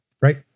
right